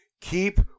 keep